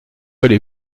allez